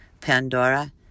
Pandora